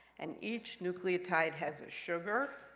and each nucleotide has a sugar,